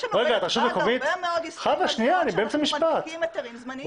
יש לנו במשרד הרבה מאוד שנותנים היתרים זמניים.